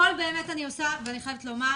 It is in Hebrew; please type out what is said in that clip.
את הכל באמת אני עושה, ואני חייבת לומר,